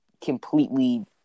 completely